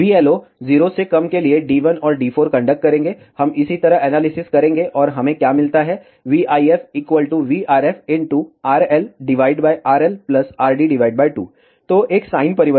VLO 0 से कम के लिए D1 और D4 कंडक्ट करेंगे हम इसी तरह के एनालिसिस करेंगे और हमें क्या मिलता है vIFvRFRLRLrd2 तो एक साइन परिवर्तन है